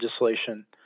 legislation